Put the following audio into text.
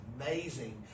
amazing